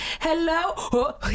Hello